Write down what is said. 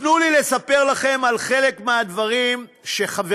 תנו לי לספר לכם על חלק מהדברים שחברי